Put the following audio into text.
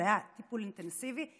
זה היה טיפול אינטנסיבי.